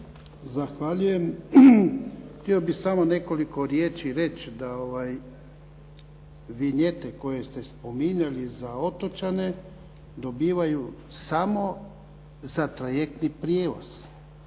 Zahvaljujem. Htio bih samo nekoliko riječi reći, da vinjete koje ste spominjali za otočane dobivaju samo za trajektni prijevoz.